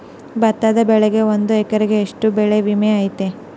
ಭತ್ತದ ಬೆಳಿಗೆ ಒಂದು ಎಕರೆಗೆ ಎಷ್ಟ ಬೆಳೆ ವಿಮೆ ಐತಿ?